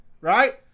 right